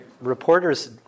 reporters